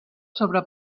sobre